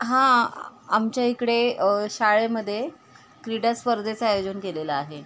हां आमच्याइकडे शाळेमध्ये क्रीडास्पर्धेचं आयोजन केलेलं आहे